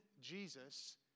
Jesus